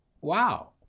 Wow